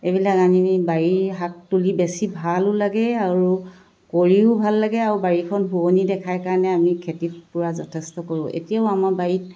এইবিলাক আনি বাৰীৰ শাক তুলি বেছি ভালো লাগে আৰু কৰিও ভাল লাগে আৰু বাৰীখন শুৱনি দেখাই কাৰণে আমি খেতিত পুৰা যথেষ্ট কৰোঁ এতিয়াও আমাৰ বাৰীত